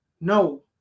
No